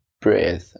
Breathe